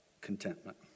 contentment